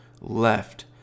left